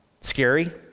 scary